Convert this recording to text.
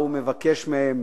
שבהם הוא מבקש מהם,